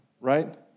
right